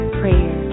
prayer